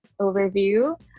overview